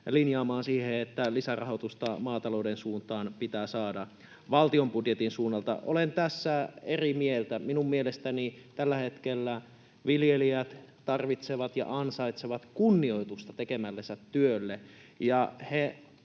linjaamaan, että lisärahoitusta maatalouden suuntaan pitää saada valtion budjetin suunnalta. Olen tässä eri mieltä. Minun mielestäni tällä hetkellä viljelijät tarvitsevat ja ansaitsevat kunnioitusta tekemällensä työlle,